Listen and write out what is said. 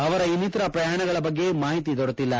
ಅವರ ಇನ್ನಿತರ ಪ್ರಯಾಣಗಳ ಬಗ್ಗೆ ಮಾಹಿತಿ ದೊರೆತಿಲ್ಲ